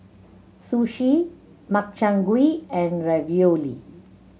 Sushi Makchang Gui and Ravioli